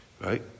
Right